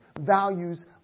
values